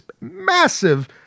massive